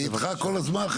אני איתך כל הזמן.